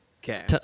Okay